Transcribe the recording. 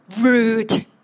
rude